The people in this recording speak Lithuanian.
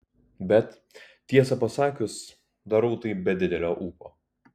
bet tiesą pasakius darau tai be didelio ūpo